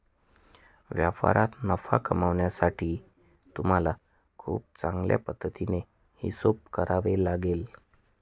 व्यापारात नफा कमावण्यासाठी तुम्हाला खूप चांगल्या पद्धतीने हिशोब करावा लागेल